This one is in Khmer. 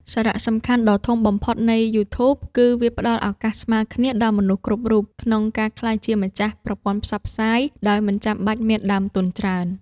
សារៈសំខាន់ដ៏ធំបំផុតនៃយូធូប គឺវាផ្តល់ឱកាសស្មើគ្នាដល់មនុស្សគ្រប់រូបក្នុងការក្លាយជាម្ចាស់ប្រព័ន្ធផ្សព្វផ្សាយដោយមិនចាំបាច់មានដើមទុនច្រើន។